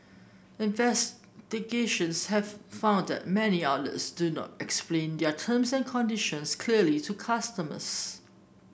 investigations have found that many outlets do not explain their terms and conditions clearly to customers